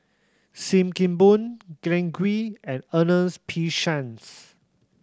Sim Kee Boon Glen Goei and Ernest P Shanks